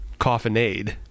Coffinade